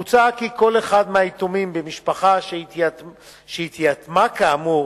מוצע כי כל אחד מהיתומים במשפחה שהתייתמה כאמור